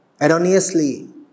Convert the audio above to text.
erroneously